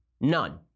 none